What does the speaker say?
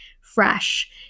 fresh